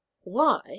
Why